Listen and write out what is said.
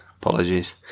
Apologies